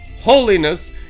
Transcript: holiness